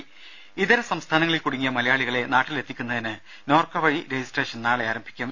രുദ ഇതര സംസ്ഥാനങ്ങളിൽ കുടുങ്ങിയ മലയാളികളെ നാട്ടിലെത്തിക്കുന്നതിന് നോർക്ക വഴി രജിസ്ട്രേഷൻ നാളെ ആരംഭിക്കും